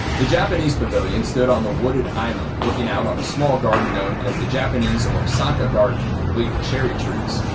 the japanese pavilion stood on the wooded island, looking out on a small garden known as the japanese or osaka garden, complete with cherry trees.